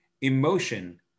emotion